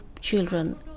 children